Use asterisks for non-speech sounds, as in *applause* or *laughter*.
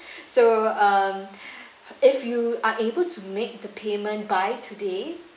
*breath* so um *breath* if you are able to make the payment by today